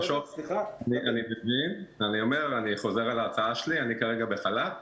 אני חוזר על ההצעה שלי אני כרגע בחל"ת.